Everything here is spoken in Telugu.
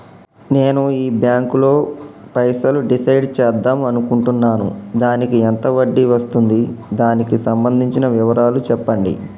నేను ఈ బ్యాంకులో పైసలు డిసైడ్ చేద్దాం అనుకుంటున్నాను దానికి ఎంత వడ్డీ వస్తుంది దానికి సంబంధించిన వివరాలు చెప్పండి?